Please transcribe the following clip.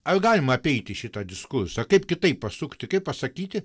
ar galima apeiti šitą diskursą kaip kitaip pasukti kaip pasakyti